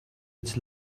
its